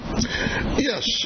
Yes